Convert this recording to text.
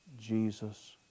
Jesus